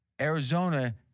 Arizona